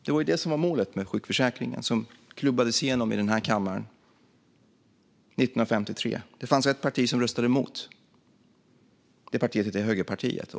Det var det som var målet med sjukförsäkringen, som klubbades igenom i den här kammaren 1953. Det fanns ett parti som röstade emot då. Det partiet hette Högerpartiet.